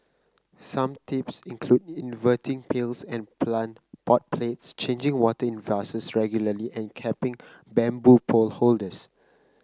some tips include inverting pails and plant pot plates changing water in vases regularly and capping bamboo pole holders